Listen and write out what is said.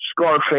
Scarface